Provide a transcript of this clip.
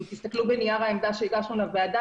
אם תסתכלו בנייר העמדה שהגשנו לוועדה,